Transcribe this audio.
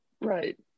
Right